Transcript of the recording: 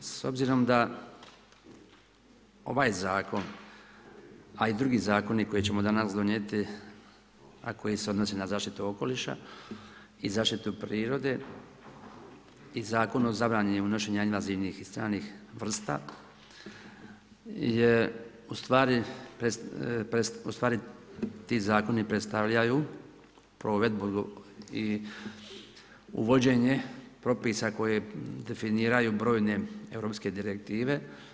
S obzirom da ovaj zakon a i drugi zakoni koje ćemo danas donijeti a koji se odnosi na zaštitu okoliša i zaštitu prirode i Zakon o zabrani unošenja invazivnih i stranih vrsta je u stvari ti zakoni predstavljaju provedbu i uvođenje propisa koje definiraju brojne europske direktive.